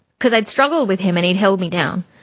because i'd struggled with him and he held me down,